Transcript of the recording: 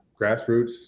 grassroots